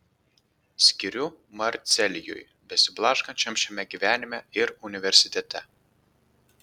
skiriu marcelijui besiblaškančiam šiame gyvenime ir universitete